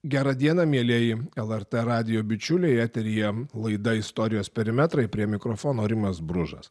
gerą dieną mielieji lrt radijo bičiuliai eteryje laida istorijos perimetrai prie mikrofono rimas bružas